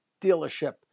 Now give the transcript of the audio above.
dealership